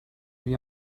wie